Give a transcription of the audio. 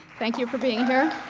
thank you for being here.